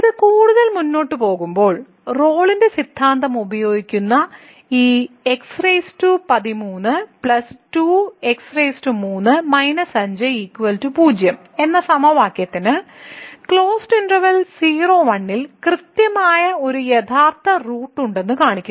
ഇത് കൂടുതൽ മുന്നോട്ട് പോകുമ്പോൾ റോളിന്റെ സിദ്ധാന്തം ഉപയോഗിക്കുന്ന ഈ x13 7x3 5 0 എന്ന സമവാക്യത്തിന് 0 1 ക്ലോസ്ഡ് ഇന്റെർവെല്ലിൽ 01 കൃത്യമായി ഒരു യഥാർത്ഥ റൂട്ട് ഉണ്ടെന്ന് കാണിക്കുന്നു